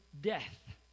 death